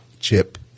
chip